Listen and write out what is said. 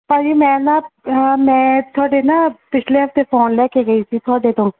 ਭਾਅ ਜੀ ਮੈਂ ਨਾ ਮੈਂ ਤੁਹਾਡੇ ਨਾ ਪਿਛਲੇ ਹਫ਼ਤੇ ਫੋਨ ਲੈ ਕੇ ਗਈ ਸੀ ਤੁਹਾਡੇ ਤੋਂ